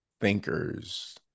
thinkers